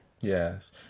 Yes